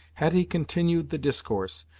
hetty continued the discourse,